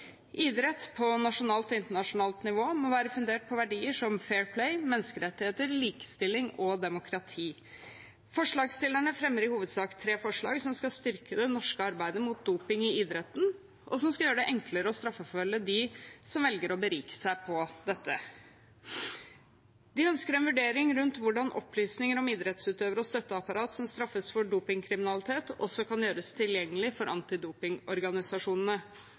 Idrett på nasjonalt og internasjonalt nivå må være fundert på verdier som fair play, menneskerettigheter, likestilling og demokrati. Forslagsstillerne fremmer i hovedsak tre forslag som skal styrke det norske arbeidet mot doping i idretten, og som skal gjøre det enklere å straffeforfølge dem som velger å berike seg på dette. De ønsker en vurdering rundt hvordan opplysninger om idrettsutøvere og støtteapparat som straffes for dopingkriminalitet, også kan gjøres tilgjengelig for antidopingorganisasjonene.